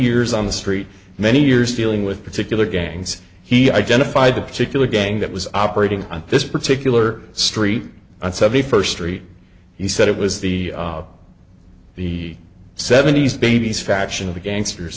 years on the street many years dealing with particular gangs he identified a particular gang that was operating on this particular street on seventy first street he said it was the the seventies babys faction of the gangsters